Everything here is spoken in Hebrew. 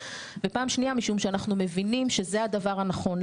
ופעם שניה משום שאנחנו מבינים שזה הדבר הנכון,